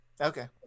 Okay